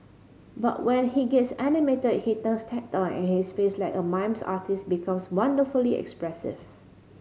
but when he gets animated he turns tactile and his face like a mime artist's becomes wonderfully expressive